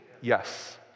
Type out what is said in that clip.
Yes